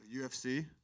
UFC